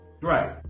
right